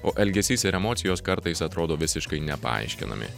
o elgesys ir emocijos kartais atrodo visiškai nepaaiškinami